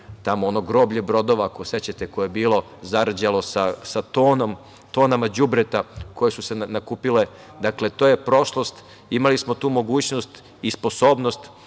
tamo ono groblje brodova, ako se sećate, koje je bilo, zarđalo sa tonama đubreta koje su se nakupile, dakle to je prošlost. Imali smo tu mogućnost i sposobnost